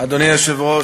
אדוני היושב-ראש,